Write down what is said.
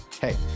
Hey